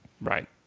right